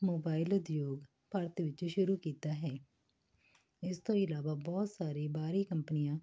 mobile ਉਦਯੋਗ ਭਾਰਤ ਵਿੱਚ ਸ਼ੁਰੂ ਕੀਤਾ ਹੈ ਇਸ ਤੋਂ ਇਲਾਵਾ ਬਹੁਤ ਸਾਰੇ ਬਾਹਰੀ ਕੰਪਨੀਆਂ